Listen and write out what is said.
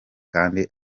kandi